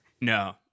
No